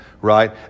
right